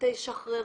תשחררו.